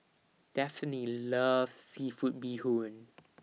Daphne loves Seafood Bee Hoon